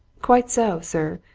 quite so, sir,